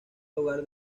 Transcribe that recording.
hogar